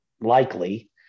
likely